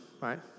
right